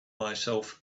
myself